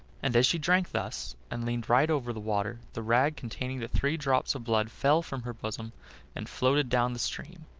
and as she drank thus, and leaned right over the water, the rag containing the three drops of blood fell from her bosom and floated down the stream,